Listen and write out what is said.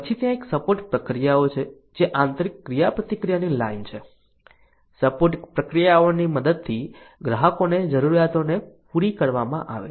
પછી ત્યાં એક સપોર્ટ પ્રક્રિયાઓ છે જે આંતરિક ક્રિયાપ્રતિક્રિયાની લાઇન છે સપોર્ટ પ્રક્રિયાઓની મદદથી ગ્રાહકોને જરૂરિયાતો ને પૂરી કરવામાં આવે છે